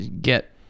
get